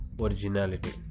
originality